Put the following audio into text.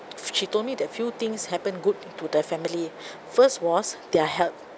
she told me that few things happen good to the family first was their health